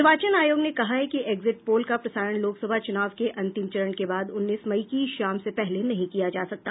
निर्वाचन आयोग ने कहा है कि एक्जिट पोल का प्रसारण लोकसभा चूनाव के अंतिम चरण के बाद उन्नीस मई की शाम से पहले नहीं किया जा सकता